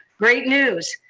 great news.